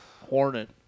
hornet